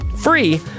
free